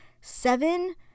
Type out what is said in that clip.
seven